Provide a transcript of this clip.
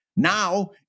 Now